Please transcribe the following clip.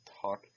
talk